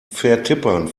vertippern